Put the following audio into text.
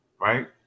right